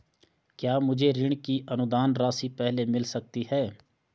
क्या मुझे ऋण की अनुदान राशि पहले मिल सकती है?